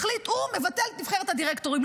החליט שהוא מבטל את נבחרת הדירקטורים.